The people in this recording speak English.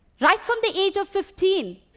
right from the age of fifteen,